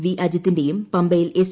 V അജിത്തിന്റേയും പമ്പയിൽ S